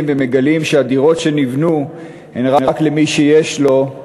ומגלים שהדירות שנבנו הן רק למי שיש לו,